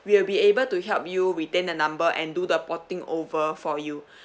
we'll be able to help you retain the number and do the potting over for you